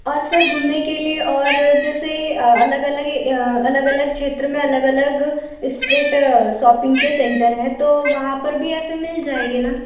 और सर घूमने के लिए और जैसे अलग अलग अलग अलग क्षेत्र में अलग अलग स्ट्रीट सोपिंग के सेंटर हैं तो वहाँ पर भी ऐसी मिल जाएंगी न